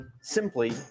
Simply